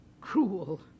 cruel